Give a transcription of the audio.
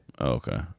Okay